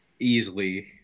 easily